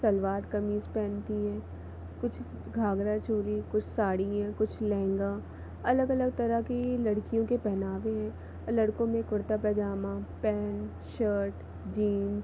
सलवार कमीज़ पहनती हैं कुछ घागरा चोली कुछ साड़ियां कुछ लहंगा अलग अलग तरह की लड़कियों के पहनावे हैं लड़कों में kurta pyjama pant shirt jeans